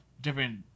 different